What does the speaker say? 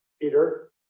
Peter